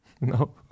No